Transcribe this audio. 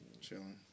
Chilling